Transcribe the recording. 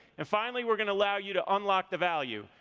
and finally, we're gonna allow you to unlock the value.